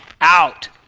out